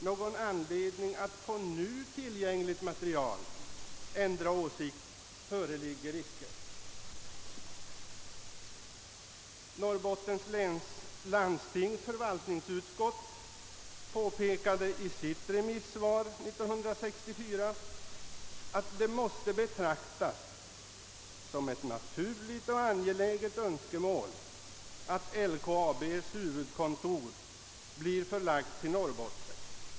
»Någon anledning att på nu tillgängligt material ändra åsikt föreligger icke», hette det vidare. Norrbottens läns landstings förvaltningsutskott påpekade i sitt remissvar 1964 att det måste betraktas som ett naturligt och angeläget önskemål att LKAB:s huvudförvaltning bleve förlagd till Norrbotten.